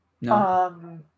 No